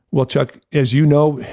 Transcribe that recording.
well, chuck, as you know,